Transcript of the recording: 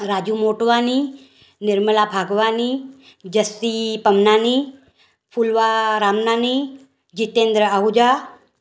Raju Motwani Nirmala Phagwani Jassi Pamnani Phulwa Ramnani Jitendra Ahuja